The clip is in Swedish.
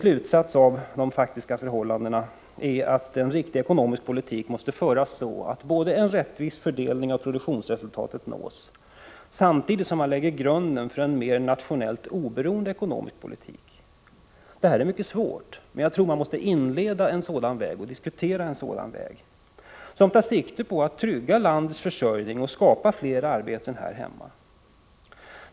Slutsatsen av de faktiska förhållnadena är att en riktig ekonomisk politik måste föras så, att en rättvis fördelning av produktionsresultatet nås samtidigt som man lägger grunden för en mer nationellt oberoende ekonomisk politik. Det här är mycket svårt, men jag tror att man måste inleda en sådan väg, som tar sikte på att trygga landets försörjning och skapa fler arbeten här hemma.